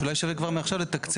שאולי שווה כבר עכשיו לתקצב,